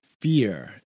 fear